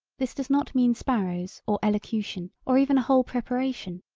this does not mean sparrows or elocution or even a whole preparation,